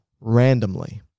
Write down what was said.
randomly